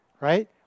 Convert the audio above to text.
right